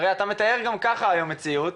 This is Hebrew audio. אתה מתאר גם ככה היום מציאות